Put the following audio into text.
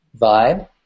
vibe